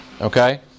okay